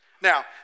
Now